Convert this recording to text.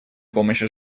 помощи